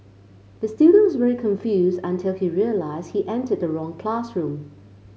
the student was very confused until he realised he entered the wrong classroom